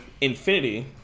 Infinity